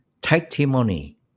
testimony